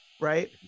right